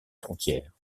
frontière